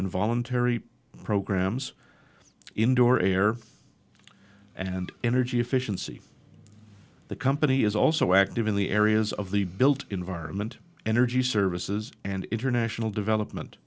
in voluntary programs indoor air and energy efficiency the company is also active in the areas of the built environment energy services and international development